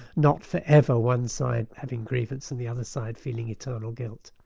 not forever one side having grievance and the other side feeling eternal guilt.